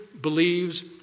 believes